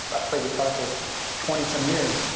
but i've played guitar for twenty some years.